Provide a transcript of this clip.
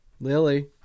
Lily